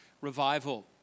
revival